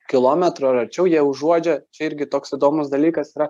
kilometro ar arčiau jie užuodžia čia irgi toks įdomus dalykas yra